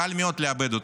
קל מאוד לאבד אותו.